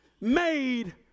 made